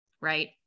right